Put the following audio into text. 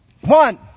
One